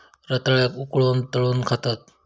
रताळ्याक उकळवून, तळून खातत